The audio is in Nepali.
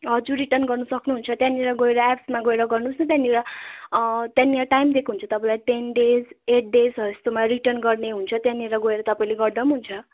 हजुर रिटर्न गर्नु सक्नुहुन्छ त्यहाँनिर गएर एप्समा गोएर गर्नुहोस् न त्यहाँनिर त्यहाँनिर टाइम दिएको हुन्छ तपाईँलाई टेन डेज एट डेज हो यस्तोमा रिटर्न गर्ने हुन्छ त्यहाँनिर गएर तपाईँले गर्दा पनि हुन्छ